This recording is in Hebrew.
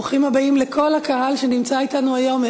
ברוכים הבאים לכל הקהל שנמצא אתנו היום.